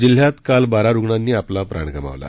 जिल्ह्यात काल बारा रुग्णांनी आपला प्राण गमावला